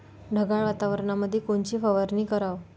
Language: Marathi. ढगाळ वातावरणामंदी कोनची फवारनी कराव?